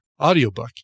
audiobook